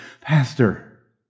Pastor